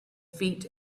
feet